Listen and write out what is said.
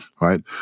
right